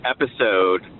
episode